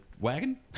Wagon